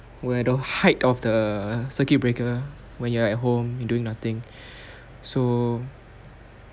where the height of the circuit breaker when you are at home and doing nothing so